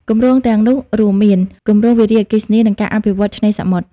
គម្រោងទាំងនោះរួមមាន គម្រោងវារីអគ្គិសនី និងការអភិវឌ្ឍន៍ឆ្នេរសមុទ្រ។